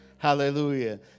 Hallelujah